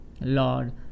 Lord